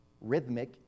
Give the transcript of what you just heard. rhythmic